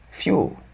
Fuel